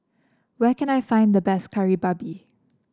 where can I find the best Kari Babi